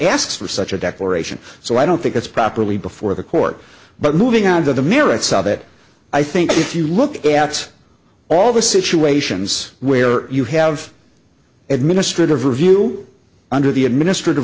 asks for such a declaration so i don't think it's properly before the court but moving on to the merits of it i think if you look at all the situations where you have administrative review under the administrative